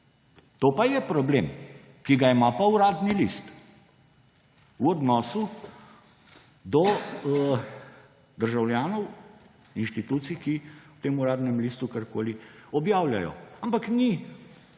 To je problem, ki ga ima pa Uradni list v odnosu do državljanov, inštitucij, ki v Uradnem listu karkoli objavljajo. Ampak to